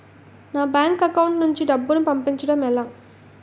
నా bank account నుంచి డబ్బును పంపించడం ఎలా?